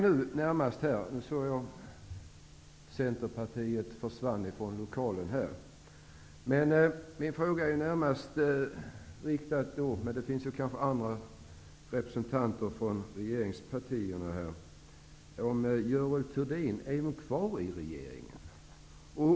Nu såg jag att Centerpartiets representant försvann ut ur kammaren, men det finns kanske andra representanter för regeringspartierna här. Min fråga är då: Görel Thurdin -- är hon kvar i regeringen?